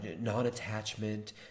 non-attachment